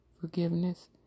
forgiveness